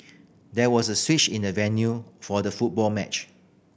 there was a switch in the venue for the football match